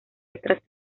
otras